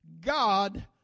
God